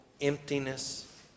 emptiness